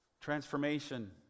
Transformation